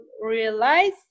realize